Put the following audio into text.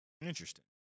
Interesting